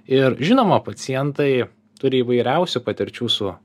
ir žinoma pacientai turi įvairiausių patirčių su